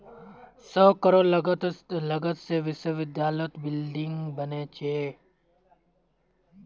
सौ करोड़ लागत से विश्वविद्यालयत बिल्डिंग बने छे